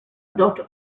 dot